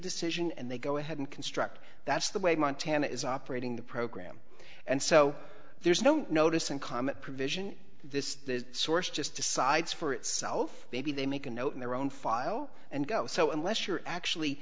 decision and they go ahead and construct that's the way montana is operating the program and so there's no notice and comment provision this source just decides for itself maybe they make a note in their own file and go so unless you're actually